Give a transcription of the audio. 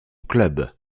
club